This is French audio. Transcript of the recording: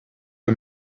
que